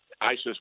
ISIS